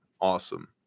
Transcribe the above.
Awesome